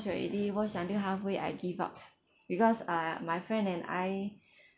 already watch until halfway I give up because uh my friend and I